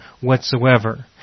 whatsoever